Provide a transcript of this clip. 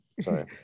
Sorry